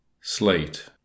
slate